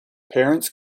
parents